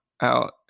out